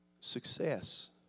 Success